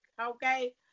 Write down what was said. Okay